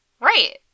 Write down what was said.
Right